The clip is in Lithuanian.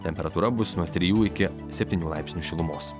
temperatūra bus nuo trijų iki septynių laipsnių šilumos